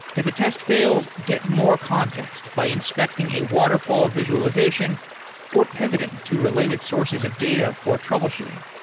if a test fails, get more context by inspecting a waterfall visualization or pivoting to related sources of data for troubleshooting.